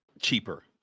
cheaper